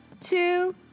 two